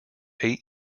eight